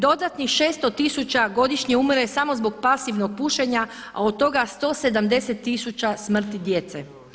Dodatnih 600 tisuća godišnje umire samo zbog pasivnog pušenja, a od toga 170 tisuća smrti djece.